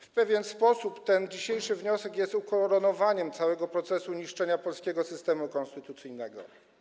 W pewien sposób ten dzisiejszy wniosek jest ukoronowaniem całego procesu niszczenia polskiego systemu konstytucyjnego.